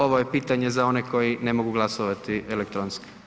Ovo je pitanje za one koji ne mogu glasovati elektronski.